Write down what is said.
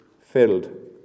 filled